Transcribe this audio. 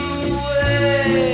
away